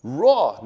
raw